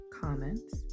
comments